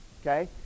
okay